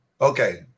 okay